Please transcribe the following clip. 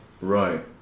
Right